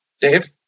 Dave